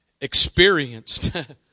experienced